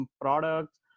products